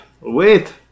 wait